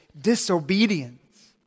disobedience